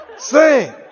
Sing